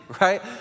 right